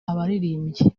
abaririmbyi